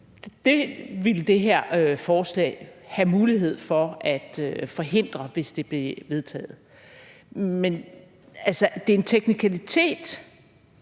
Det ville det her forslag have mulighed for at forhindre, hvis det blev vedtaget. Men altså, det er en teknikalitet